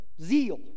Zeal